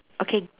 okay